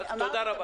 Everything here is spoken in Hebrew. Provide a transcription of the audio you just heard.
אז תודה רבה.